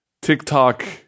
TikTok